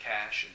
Cash